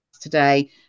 today